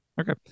okay